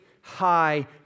high